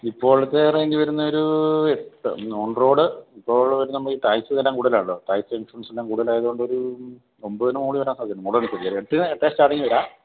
ഇപ്പോഴത്തെ റേഞ്ച് വരുന്നത് ഒരു ഓൺ റോഡ് ഇപ്പോൾ വരുന്നത് ടാക്സും എല്ലാം കൂടുതലാണല്ലോ ടാക്സും ഇൻഷുറൻസും എല്ലാം കൂടുതലായതു കൊണ്ട് ഒരു ഒൻപതിന് മുകളിൽ വരാൻ സാധ്യതയുണ്ട് മോളേ എനിക്കു എട്ടിന് ഏട്ടാണ് സ്റ്റാർട്ടിങ് വരാം